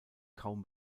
kaum